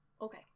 Okay